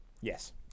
Yes